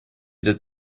did